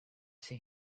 see